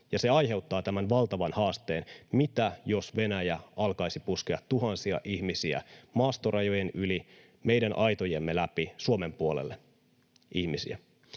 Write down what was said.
se aiheuttaa tämän valtavan haasteen: mitä jos Venäjä alkaisi puskea tuhansia ihmisiä maastorajojen yli, meidän aitojemme läpi Suomen puolelle?